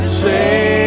say